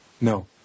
No